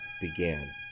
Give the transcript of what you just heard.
began